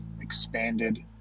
expanded